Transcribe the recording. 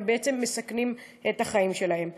ומסכנות את החיים שלהם.